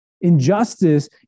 Injustice